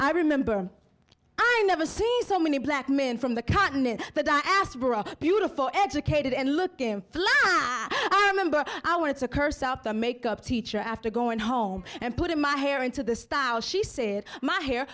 i remember i never seen so many black men from the continent but i asked beautiful educated and looking i wanted to curse out the make up teacher after going home and put my hair into the stuff she said my hair